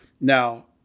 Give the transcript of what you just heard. Now